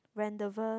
Rendezvous